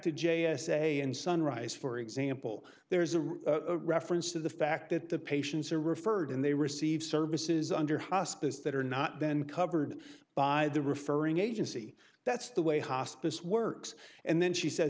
a and sunrise for example there's a reference to the fact that the patients are referred and they receive services under hospice that are not been covered by the referring agency that's the way hospice works and then she says